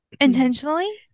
Intentionally